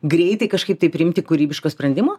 greitai kažkaip tai priimti kūrybiško sprendimo